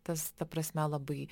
tas ta prasme labai